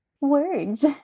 words